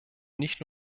nicht